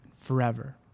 forever